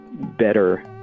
better